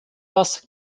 was